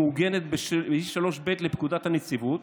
מעוגנת בסעיף 3(ב) לפקודת הנציבות